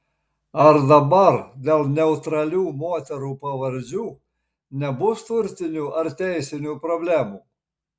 ar dabar dėl neutralių moterų pavardžių nebus turtinių ar teisinių problemų